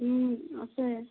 আছে